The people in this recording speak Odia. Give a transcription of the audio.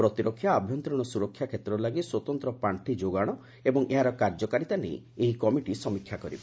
ପ୍ରତିରକ୍ଷା ଓ ଆଭ୍ୟନ୍ତରୀଣ ସୁରକ୍ଷା କ୍ଷେତ୍ର ଲାଗି ସ୍ୱତନ୍ତ୍ର ପାର୍ଷି ଯୋଗାଣ ଏବଂ ଏହାର କାର୍ଯ୍ୟକାରିତା ନେଇ ଏହି କମିଟି ସମୀକ୍ଷା କରିବ